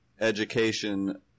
education